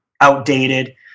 outdated